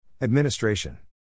Administration